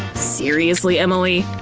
seriously, emily?